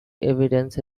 evidence